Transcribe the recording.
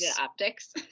optics